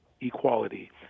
equality